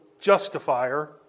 justifier